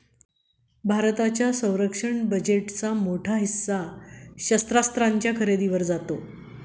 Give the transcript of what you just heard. भारताच्या संरक्षण बजेटचा मोठा हिस्सा शस्त्रास्त्रांच्या खरेदीवर जातो